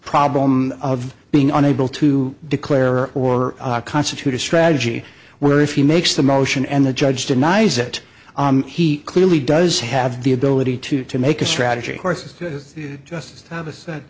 problem of being unable to declare or constitute a strategy where if he makes the motion and the judge denies it he clearly does have the ability to to make a strategy courses to just have a s